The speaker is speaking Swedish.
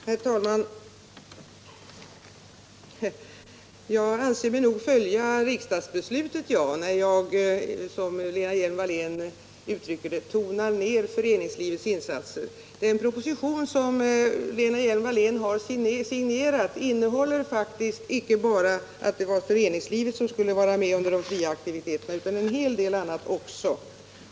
Herr talman! Jag anser mig nog följa riksdagsbeslutet när jag, som Lena Hjelm-Wallén uttrycker det, tonar ned föreningslivets insatser. Den proposition som Lena Hjelm-Wallén signerat innehåller faktiskt inte bara att föreningslivet skulle vara med under de fria aktiviteterna utan en hel del annat också.